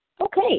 Okay